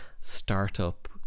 startup